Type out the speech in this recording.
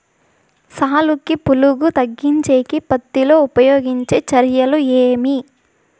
సాలుకి పులుగు తగ్గించేకి పత్తి లో ఉపయోగించే చర్యలు ఏమి?